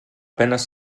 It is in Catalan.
penes